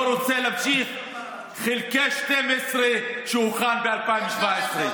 לא רוצה להמשיך חלקי 12 שהוכן ב-2017.